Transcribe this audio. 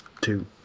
two